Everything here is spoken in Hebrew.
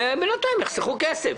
ובינתיים יחסכו כסף.